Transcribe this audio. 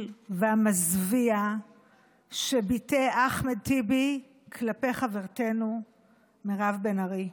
והמזוויע שביטא אחמד טיבי כלפי חברתנו מירב בן ארי.